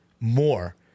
more